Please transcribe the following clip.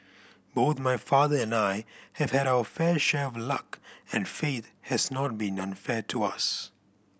both my father and I have had our fair share of luck and fate has not been unfair to us